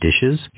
dishes